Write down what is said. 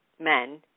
men